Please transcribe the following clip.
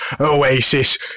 oasis